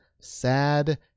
Sad